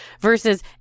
versus